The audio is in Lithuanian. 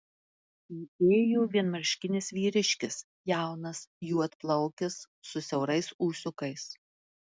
įėjo vienmarškinis vyriškis jaunas juodplaukis su siaurais ūsiukais